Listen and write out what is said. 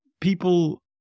people